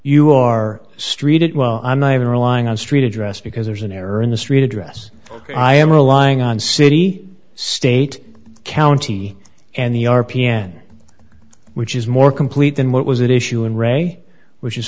you our street it well i'm not even relying on street address because there's an error in the street address ok i am relying on city state county and the r p n which is more complete than what was it issue in re which is